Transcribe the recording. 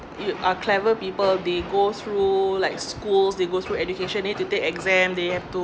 it uh clever people they go through like schools they go through education need to take exam they have to